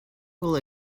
will